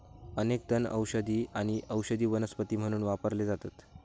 अनेक तण औषधी आणि औषधी वनस्पती म्हणून वापरले जातत